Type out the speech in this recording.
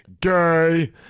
gay